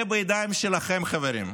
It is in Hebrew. זה בידיים שלכם, חברים.